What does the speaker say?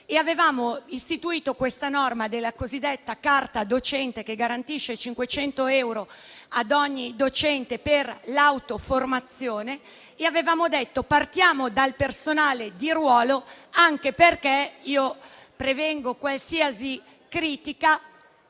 avevamo istituito questa norma, la cosiddetta carta docente, che garantisce 500 euro ad ogni docente per l'autoformazione. Avevamo detto di partire dal personale di ruolo, anche perché - prevengo qualsiasi critica